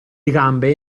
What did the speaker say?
gambe